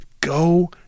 Go